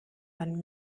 man